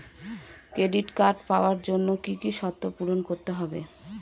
Credit card পাওয়ার জন্য কি কি শর্ত পূরণ করতে হবে?